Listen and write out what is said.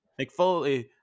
McFoley